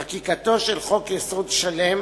חקיקתו של חוק-יסוד שלם